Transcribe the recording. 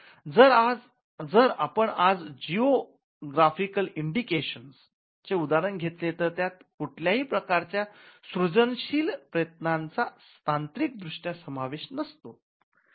जर आपण आज जिओ ग्राफिकल इंडिकेशन चे उदाहरण घेतले तर त्यात कुठल्याही प्रकारच्या सृजनशील प्रयत्नांचा तांत्रिक दृष्ट्या समावेश नसतो